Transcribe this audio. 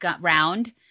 round